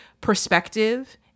perspective